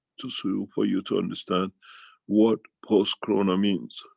to. so for you to understand what post-corona means.